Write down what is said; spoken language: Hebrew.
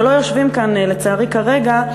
שלא יושבים כאן לצערי כרגע,